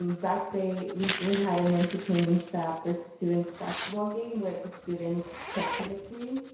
um back bay recently had an entertaining staff versus students basketball game where the students took the victory.